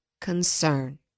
concern